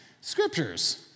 scriptures